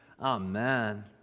Amen